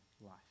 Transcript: life